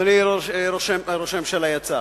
אדוני ראש הממשלה יצא.